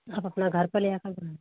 आप अपना घर पर ले आके बना